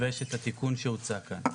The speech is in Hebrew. ויש את התיקון שהוצע כאן.